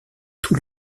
tout